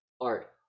art